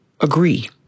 agree